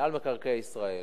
מינהל מקרקעי ישראל